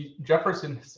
Jefferson